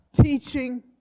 teaching